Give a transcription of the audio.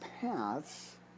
paths